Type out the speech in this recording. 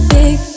big